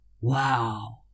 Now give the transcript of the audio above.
Wow